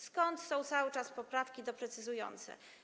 Stąd są cały czas poprawki doprecyzowujące.